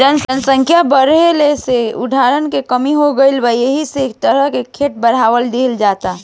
जनसंख्या बाढ़ला से खाद्यान के कमी हो गईल बा एसे एह तरह के खेती के बढ़ावा देहल जाता